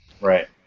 Right